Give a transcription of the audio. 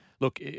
look